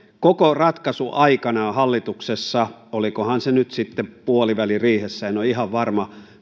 koko ratkaisu aikanaan hallituksessa olikohan se nyt sitten puoliväliriihessä en ole ihan varma